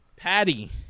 Patty